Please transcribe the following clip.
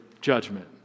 judgment